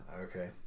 Okay